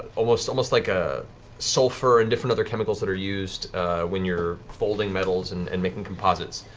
almost almost like a sulfur and different other chemicals that are used when you're folding metals and and making composites.